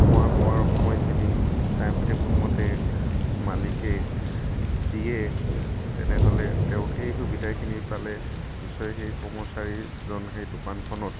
খোৱা লোৱাৰ সময়খিনি টাইমটেবুল মতে মালিকে দিয়ে তেনেহ'লে তেওঁ সেই সুবিধাখিনি পালে নিশ্চয় সেই কৰ্মচাৰীজন সেই দোকানখনত